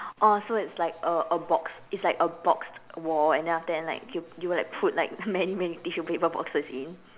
oh so it's like a a box it's like a boxed wall and then after that like you will put many many tissue paper boxes in